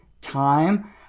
time